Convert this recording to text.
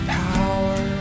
power